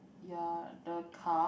ya the car